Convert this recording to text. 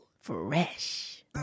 Fresh